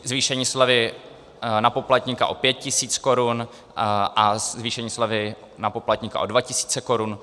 Zvýšení slevy na poplatníka o 5 tisíc korun a zvýšení slevy na poplatníka o 2 tisíce korun.